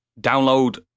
download